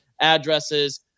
addresses